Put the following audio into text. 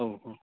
औ ओह